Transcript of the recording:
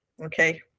Okay